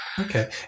okay